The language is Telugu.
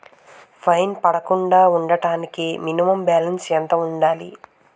ఫైన్ పడకుండా ఉండటానికి మినిమం బాలన్స్ ఎంత ఉండాలి?